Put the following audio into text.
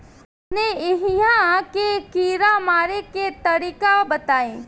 अपने एहिहा के कीड़ा मारे के तरीका बताई?